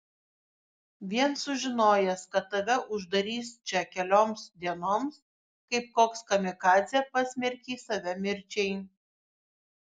vien sužinojęs kad tave uždarys čia kelioms dienoms kaip koks kamikadzė pasmerkei save mirčiai